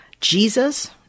Jesus